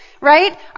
Right